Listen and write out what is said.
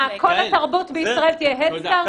מה, כל התרבות בישראל תהיה הדסטארטינג?